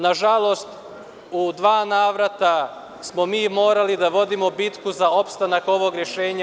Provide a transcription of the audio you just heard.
Nažalost, u dva navrata smo mi morali da vodimo bitku za opstanak ovog rešenja.